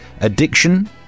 addiction